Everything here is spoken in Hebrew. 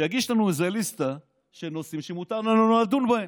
שיגיש לנו איזו "ליסטה" של נושאים שמותר לנו לדון בהם.